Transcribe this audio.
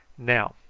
now,